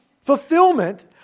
fulfillment